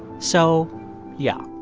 so yeah,